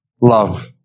love